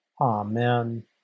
Amen